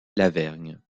lavergne